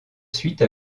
suite